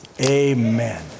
amen